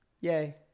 yay